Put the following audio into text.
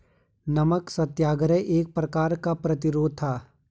नमक सत्याग्रह एक प्रकार का कर प्रतिरोध था